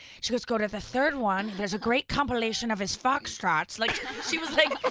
she goes, go to the third one, there's a great compilation of his fox trots. like she was like.